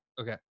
Okay